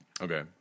Okay